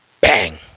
Bang